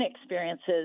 experiences